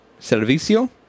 Servicio